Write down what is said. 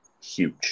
huge